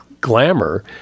glamour